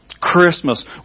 Christmas